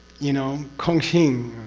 you know? kong xing,